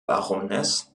baroness